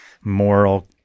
moral